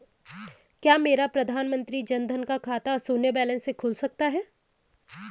क्या मेरा प्रधानमंत्री जन धन का खाता शून्य बैलेंस से खुल सकता है?